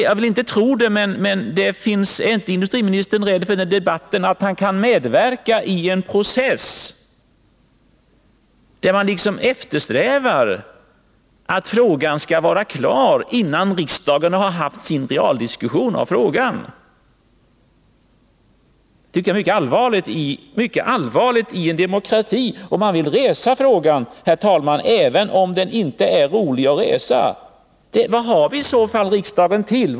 Jag vill inte tro det, men är inte industriministern rädd för en debatt om att han kan medverka i en möjligheterna för process, där man liksom eftersträvar att frågan skall vara klar innnan — vissa enheter inom riksdagen haft sin realdiskussion om frågan? NCB Jag tycker det är mycket allvarligt i en demokrati om man vill resa den här frågan, herr talman, även om det inte är roligt att resa den. Vad har vi i så fall riksdagen till?